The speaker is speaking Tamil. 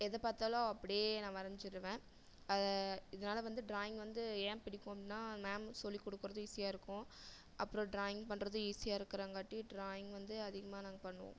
எதை பார்த்தாலும் அப்படியே நான் வரைஞ்சிருவேன் அதை இதனால வந்து டிராயிங் வந்து ஏன் பிடிக்கும் அப்படினா மேம் சொல்லி கொடுக்குறதும் ஈசியாக இருக்கும் அப்புறம் டிராயிங் பண்ணுறதும் ஈசியாக இருக்கிறங்காட்டி டிராயிங் வந்து அதிகமாக நாங்கள் பண்ணுவோம்